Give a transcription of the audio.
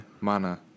mana